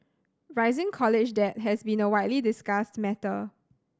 rising college debt has been a widely discussed matter